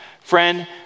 Friend